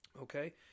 Okay